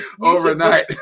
overnight